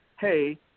hey